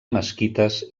mesquites